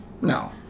no